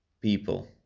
people